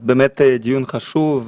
זה באמת דיון חשוב,